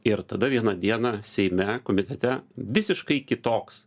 ir tada vieną dieną seime komitete visiškai kitoks